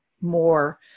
more